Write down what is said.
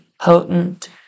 potent